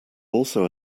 also